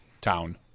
town